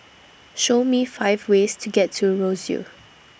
Show Me five ways to get to Roseau